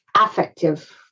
affective